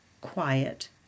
quiet